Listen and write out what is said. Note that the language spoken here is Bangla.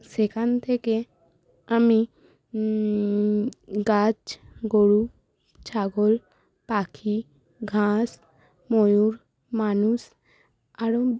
সেখান থেকে আমি গাছ গরু ছাগল পাখি ঘাস ময়ূর মানুষ আরও